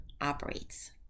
operates